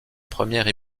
première